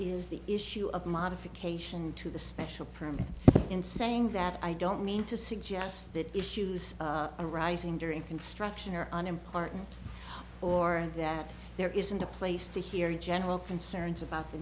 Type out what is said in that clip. is the issue of modification to the special permit in saying that i don't mean to suggest that issues arising during construction are an important or that there isn't a place to hear general concerns about the